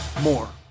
more